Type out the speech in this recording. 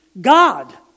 God